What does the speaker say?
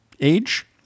age